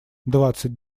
двадцать